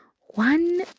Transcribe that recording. One